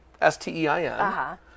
S-T-E-I-N